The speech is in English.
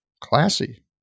Classy